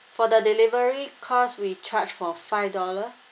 for the delivery cost we charge for five dollar